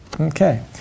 Okay